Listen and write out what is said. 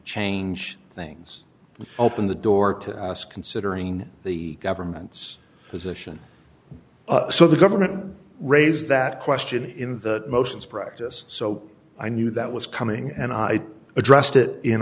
change things and open the door to considering the government's position so the government raised that question in the motions practice so i knew that was coming and i addressed it in